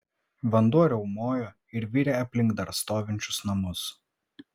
vanduo riaumojo ir virė aplink dar stovinčius namus